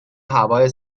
هوای